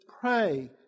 pray